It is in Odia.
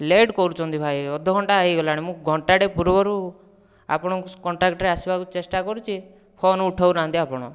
ଲେଟ କରୁଛନ୍ତି ଭାଇ ଅଧ ଘଣ୍ଟା ହୋଇଗଲାଣି ମୁଁ ଘଣ୍ଟାଟେ ପୂର୍ବରୁ ଆପଣଙ୍କ କଣ୍ଟାକ୍ଟରେ ଆସିବାକୁ ଚେଷ୍ଟା କରୁଛି ଫୋନ ଉଠାଉ ନାହାନ୍ତି ଆପଣ